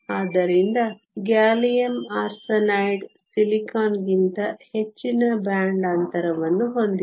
ಆದ್ದರಿಂದ gallium arsenide silicon ಗಿಂತ ಹೆಚ್ಚಿನ ಬ್ಯಾಂಡ್ ಅಂತರವನ್ನು ಹೊಂದಿದೆ